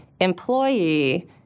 employee